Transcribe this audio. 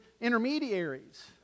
intermediaries